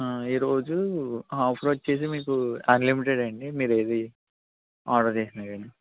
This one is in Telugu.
ఈరోజు ఆఫర్ వచ్చి మీకు అన్లిమిటెడ్ అండి మీరు ఏది ఆర్డర్ చేసిన కానీ